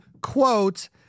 quote